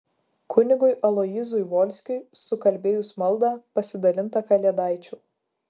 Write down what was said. kunigui aloyzui volskiui sukalbėjus maldą pasidalinta kalėdaičių